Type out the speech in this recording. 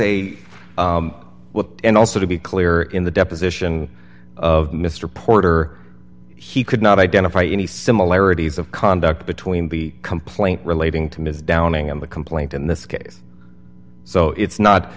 well and also to be clear in the deposition of mr porter he could not identify any similarities of conduct between the complaint relating to ms downing and the complaint in this case so it's not